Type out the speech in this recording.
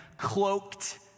cloaked